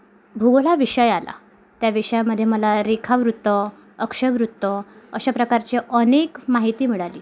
भूगोल हा विषय आला त्या विषयामधे मला रेखावृत्त अक्षवृत्त अशा प्रकारची अनेक माहिती मिळाली